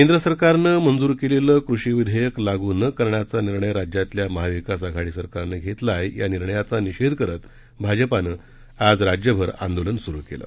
केंद्र सरकारनं मंजूर केलेले कृषी विधेयक लागू न करण्याचा निर्णय राज्यातल्या महाविकास आघाडी सरकारनं घेतला आहे या निर्णयाचा निषेध करत भाजपानं आज राज्यभर आंदोलन सुरु केलं